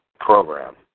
program